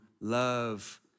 love